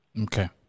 Okay